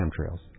chemtrails